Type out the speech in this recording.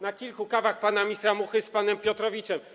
Na kilku kawach pana ministra Muchy z panem Piotrowiczem.